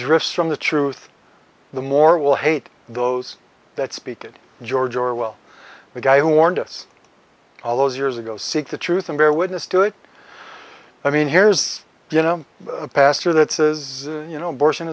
drifts from the truth the more will hate those that speak it george orwell the guy who warned us all those years ago seek the truth i'm very witness to it i mean here's you know a pastor that says you know